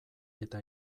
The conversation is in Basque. eta